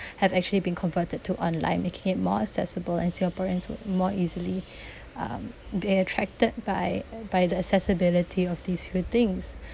have actually been converted to online making it more accessible and singaporeans would more easily um be attracted by by the accessibility of these few things